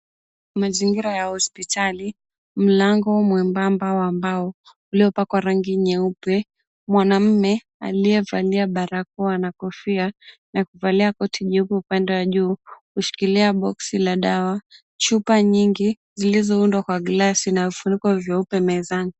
Mazingira ya hospitali mlango mwembamba wa mbao uliopakwa rangi nyeupe, mwanamume aliyevalia barakoa na kofia akivalia koti jeupe upande wa juu kushikilia boksi la dawa na chupa nyingi zilizoundwa kwa glasi na vifuniko vyeupe mezani.